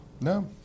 No